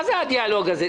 מה הדיאלוג הזה?